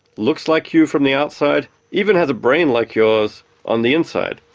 looks like you from the outside, even has a brain like yours on the inside.